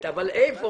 אבל לפני כן, ב-(א),